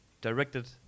directed